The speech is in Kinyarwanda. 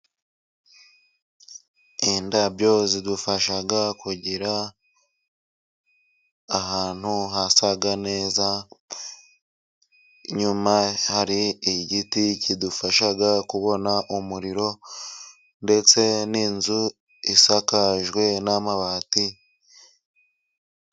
Indabyo zidufasha kugira ahantu hasa neza, inyuma hari igiti kidufasha kubona umuriro ndetse n'inzu isakajwe n'amabati.